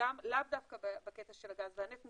לאו דווקא בקטע של הגז והנפט,